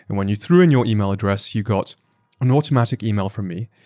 and when you threw in your email address, you got an automatic email from me.